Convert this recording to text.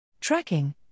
Tracking